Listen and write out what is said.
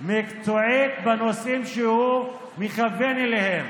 בנושאים שהוא מכוון אליהם?